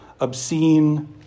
obscene